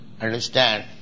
understand